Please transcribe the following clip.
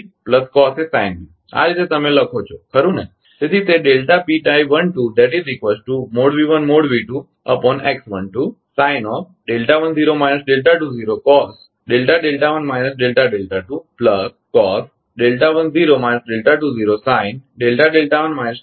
તેથી sin a cos b cos a sin b આ રીતે તમે લખો છો ખરુ ને